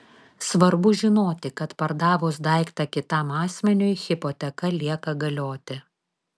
svarbu žinoti kad pardavus daiktą kitam asmeniui hipoteka lieka galioti